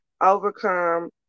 overcome